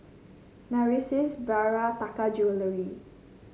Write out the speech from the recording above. Narcissus Bia Taka Jewelry